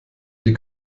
ihr